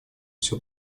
все